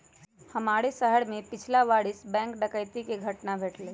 हमरे शहर में पछिला बरिस बैंक डकैती कें घटना भेलइ